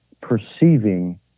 perceiving